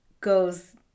goes